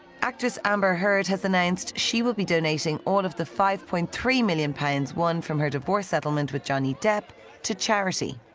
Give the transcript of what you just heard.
actress amber heard has announced that she will be donating all of the five point three million pounds won from her divorce settlement with johnny depp to charity.